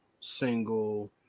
single